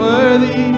Worthy